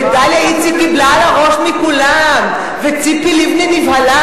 ודליה איציק קיבלה על הראש מכולם וציפי לבני נבהלה.